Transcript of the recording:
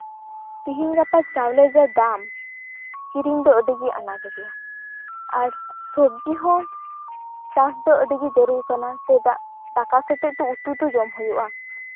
ᱛᱤᱦᱤᱧᱼᱜᱟᱯᱟ ᱪᱟᱣᱞᱮ ᱡᱟ ᱫᱟᱢ ᱠᱤᱨᱤᱧ ᱫᱚ ᱟᱹᱰᱤ ᱜᱮ ᱟᱸᱱᱟᱴ ᱜᱮᱭᱟ ᱟᱨ ᱥᱚᱵᱡᱤ ᱦᱚᱸ ᱪᱟᱥ ᱫᱚ ᱟᱹᱰᱤ ᱜᱮ ᱡᱟᱹᱨᱩᱲ ᱠᱟᱱᱟ ᱪᱮᱫᱟᱜ ᱫᱟᱠᱟ ᱥᱟᱶᱛᱮ ᱩᱛᱩ ᱛᱚ ᱡᱚᱢ ᱦᱩᱭᱩᱜᱼᱟ